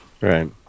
Right